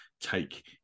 take